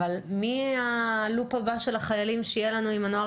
אבל מי הלופ הבא של החיילים שיהיה לנו אם הנוער